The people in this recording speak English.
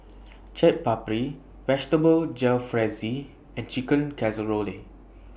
Chaat Papri Vegetable Jalfrezi and Chicken Casserole